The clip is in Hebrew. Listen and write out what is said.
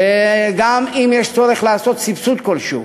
וגם אם יש צורך לתת סבסוד כלשהו,